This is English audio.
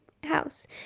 house